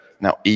Now